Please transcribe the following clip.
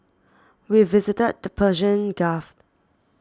we visited the Persian Gulf